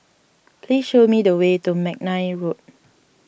please show me the way to McNair Road